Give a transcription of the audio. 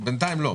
בינתיים לא.